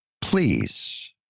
please